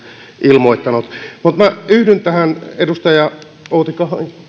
ilmoittanut mutta minä yhdyn näihin edustaja